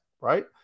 right